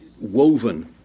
woven